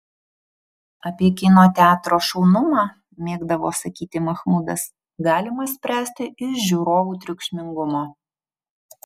apie kino teatro šaunumą mėgdavo sakyti mahmudas galima spręsti iš žiūrovų triukšmingumo